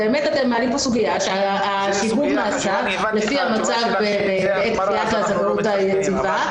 הבנתי את התשובה שלך, שאם יש החמרה גם לא מתקנים.